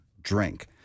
drink